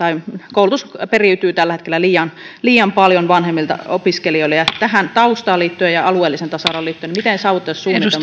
koulutus myöskin periytyy tällä hetkellä liian paljon vanhemmilta opiskelijoille tähän taustaan ja alueelliseen tasa arvoon liittyen miten saavutettavuussuunnitelmaa